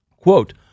Quote